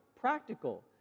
practical